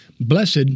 blessed